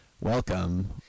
Welcome